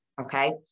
Okay